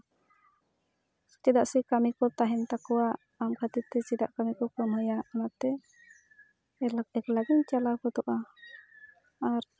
ᱪᱮᱫᱟᱜ ᱥᱮ ᱠᱟᱹᱢᱤ ᱠᱚ ᱛᱟᱦᱮᱱ ᱛᱟᱠᱚᱣᱟ ᱟᱢ ᱠᱷᱟᱹᱛᱤᱨ ᱛᱮ ᱪᱮᱫᱟᱜ ᱠᱟᱹᱢᱤ ᱠᱚ ᱠᱟᱹᱢᱦᱟᱹᱭᱟ ᱚᱱᱟᱛᱮ ᱮᱠᱞᱟ ᱮᱠᱞᱟ ᱜᱤᱧ ᱪᱟᱞᱟᱣ ᱜᱚᱫᱚᱜᱼᱟ ᱟᱨ